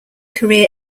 career